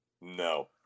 No